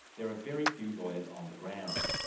there are very few lawyers on the ground.